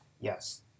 yes